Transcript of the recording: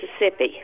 Mississippi